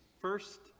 First